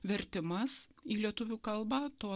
vertimas į lietuvių kalbą to